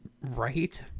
Right